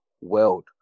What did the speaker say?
world